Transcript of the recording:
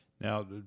Now